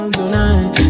tonight